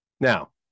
Now